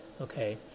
okay